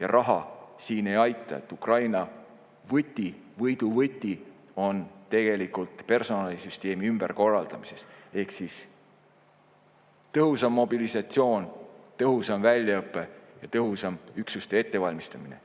ja raha siin ei aita. Ukraina võidu võti on tegelikult personalisüsteemi ümberkorraldamises ehk siis tõhusam mobilisatsioon, tõhusam väljaõpe ja tõhusam üksuste ettevalmistamine.